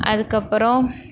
அதுக்கப்புறம்